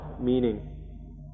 meaning